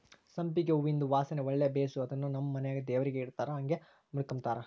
ಸಂಪಿಗೆ ಹೂವಿಂದು ವಾಸನೆ ಒಳ್ಳೆ ಬೇಸು ಅದುನ್ನು ನಮ್ ಮನೆಗ ದೇವರಿಗೆ ಇಡತ್ತಾರ ಹಂಗೆ ಮುಡುಕಂಬತಾರ